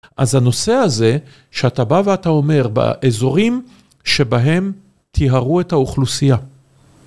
אז הנושא הזה שאתה בא ואתה אומר באזורים שבהם טיהרו את האוכלוסייה.